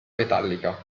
metallica